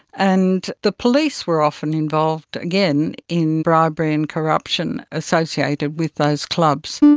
and the police were often involved, again, in bribery and corruption associated with those clubs.